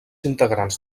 integrants